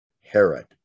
Herod